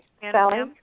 Sally